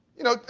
you know,